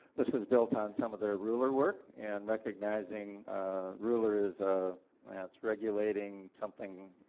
this was built on some of their ruler work and recognizing ruler is regulating, something,